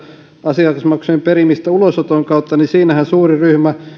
asiakasmaksujen perimistä ulosoton kautta niin siinähän suurin ryhmä